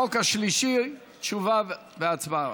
וגם החוק השלישי, תשובה והצבעה.